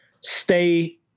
stay